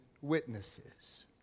witnesses